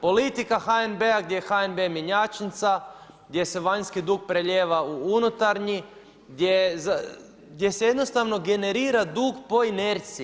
Politika HNB-a, gdje je HNB mjenjačnica, gdje se vanjski dug prelijeva u unutarnji, gdje se jednostavno generira dug po inerciji.